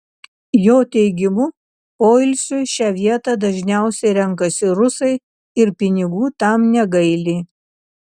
jo teigimu poilsiui šią vietą dažniausiai renkasi rusai ir pinigų tam negaili